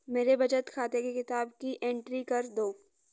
मेरे बचत खाते की किताब की एंट्री कर दो?